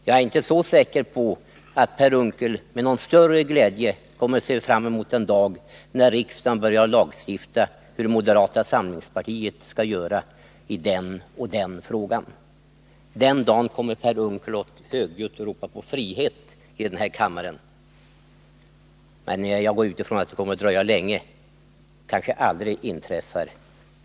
Jag är inte säker på att Per Unckel med någon större glädje kommer att se fram emot den dag då riksdagen börjar lagstifta om hur moderata samlingspartiet skall göra i den och den frågan — den dagen kommer nog Per Unckel att iden här kammaren högljutt ropa på frihet. Jag utgår från att det kommer att dröja länge — och att situationen kanske aldrig inträffar.